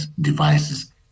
devices